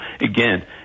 again